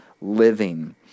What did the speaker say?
living